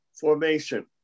formation